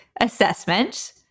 assessment